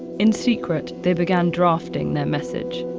in secret, they began drafting their message.